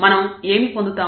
మనం ఏమి పొందుతాము